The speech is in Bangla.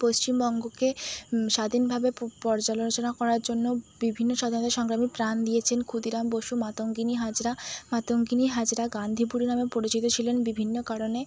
পশ্চিমবঙ্গকে স্বাধীনভাবে পু পর্যালোচনা করার জন্য বিভিন্ন স্বাধীনতা সংগ্রামী প্রাণ দিয়েছেন ক্ষুদিরাম বসু মাতঙ্গিনী হাজরা মাতঙ্গিনী হাজরা গান্ধী বুড়ি নামে পরিচিত ছিলেন বিভিন্ন কারণে